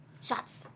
shots